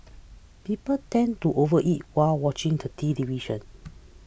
people tend to overeat while watching the television